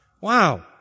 Wow